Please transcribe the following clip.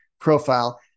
profile